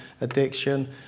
addiction